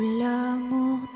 l'amour